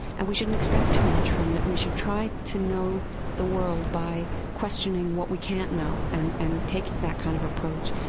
and we shouldn't expect too much from it. we should try to know the world by questioning what we can't know and and take that kind of approach.